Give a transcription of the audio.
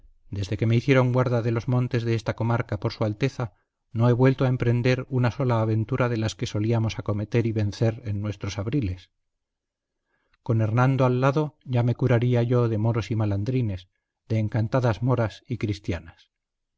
desde que me hicieron guarda de los montes de esta comarca por su alteza no he vuelto a emprender una sola aventura de las que solíamos acometer y vencer en nuestros abriles con hernando al lado ya me curaría yo de moros y malandrines de encantadas moras y cristianas